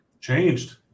Changed